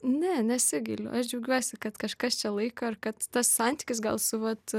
ne nesigailiu aš džiaugiuosi kad kažkas čia laiko ir kad tas santykis gal su vat